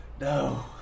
no